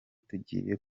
tugiye